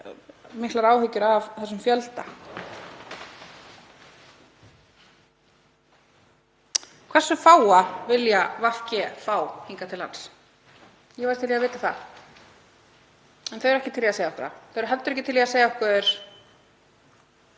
miklar áhyggjur af þessum fjölda? Hversu fáa vilja VG fá hingað til lands? Ég væri til í að vita það en þau eru ekki til í að segja okkur það. Þau eru heldur ekki til í að segja okkur